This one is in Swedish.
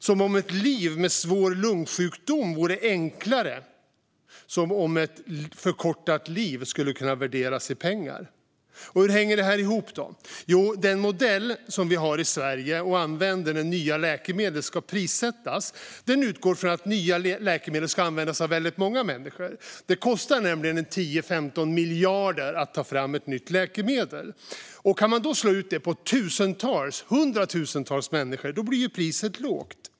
Som om ett liv med svår lungsjukdom vore enklare. Som om ett förkortat liv skulle kunna värderas i pengar. Hur hänger det här ihop? Jo, den modell som vi i Sverige använder när nya läkemedel ska prissättas utgår från att nya läkemedel ska användas av väldigt många människor. Det kostar nämligen 10-15 miljarder att ta fram ett nytt läkemedel. Kan man då slå ut den kostnaden på tusentals eller hundratusentals människor blir priset lågt.